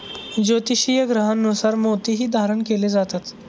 ज्योतिषीय ग्रहांनुसार मोतीही धारण केले जातात